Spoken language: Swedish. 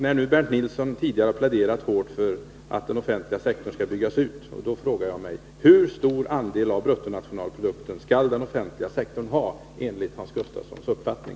När nu Bernt Nilsson har pläderat hårt för att den offentliga sektorn skall byggas ut, ställer jag frågan: Hur stor del av bruttonationalprodukten skall den offentliga sektorn ha enligt Hans Gustafssons uppfattning?